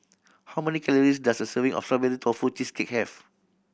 how many calories does a serving of Strawberry Tofu Cheesecake have